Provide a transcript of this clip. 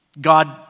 God